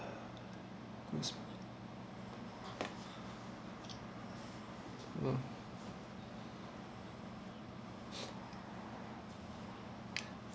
cause oh